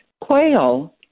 quail